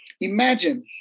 imagine